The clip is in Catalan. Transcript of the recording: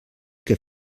que